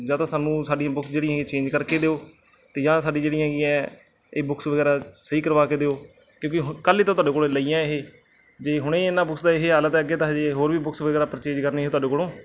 ਜਾਂ ਤਾਂ ਸਾਨੂੰ ਸਾਡੀਆਂ ਬੁੱਕਸ ਜਿਹੜੀਆਂ ਹੈਗੀਆ ਚੇਂਜ ਕਰਕੇ ਦਿਓ ਅਤੇ ਜਾਂ ਸਾਡੀ ਜਿਹੜੀ ਹੈਗੀ ਹੈ ਇਹ ਬੁੱਕਸ ਵਗੈਰਾ ਸਹੀ ਕਰਵਾ ਕੇ ਦਿਓ ਕਿਉਂਕਿ ਕੱਲ੍ਹ ਹੀ ਤਾਂ ਤੁਹਾਡੇ ਕੋਲੋਂ ਲਈਆਂ ਇਹ ਜੇ ਹੁਣ ਹੀ ਇਹਨਾਂ ਬੁੱਕਸ ਦਾ ਇਹ ਹਾਲ ਹੈ ਤਾਂ ਅੱਗੇ ਤਾਂ ਹਾਲੇ ਹੋਰ ਵੀ ਬੁੱਕਸ ਵਗੈਰਾ ਪਰਚੇਜ਼ ਕਰਨੀਆਂ ਤੁਹਾਡੇ ਕੋਲੋਂ